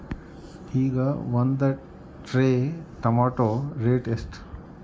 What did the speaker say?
ಈಗ ಒಂದ್ tray tomato rate ಎಷ್ಟ?